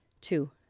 two